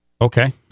Okay